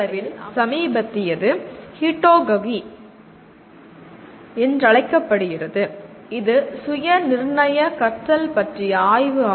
இப்போது ஒப்பீட்டளவில் சமீபத்தியது "ஹீட்டாகோஜி" என்று அழைக்கப்படுகிறது இது சுயநிர்ணயக் கற்றல் பற்றிய ஆய்வு ஆகும்